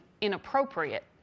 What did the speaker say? inappropriate